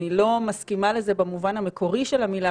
אני לא מסכימה במובן המקורי של המילה,